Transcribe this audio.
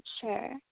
sure